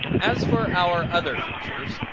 as for our other features,